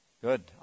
Good